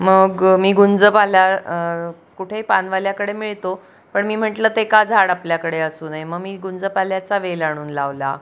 मग मी गुंजपाल्या कुठेही पानवाल्याकडे मिळतो पण मी म्हटलं ते का झाड आपल्याकडे असू नये मं मी गुंजपाल्याचा वेल आणून लावला